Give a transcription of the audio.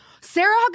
Sarah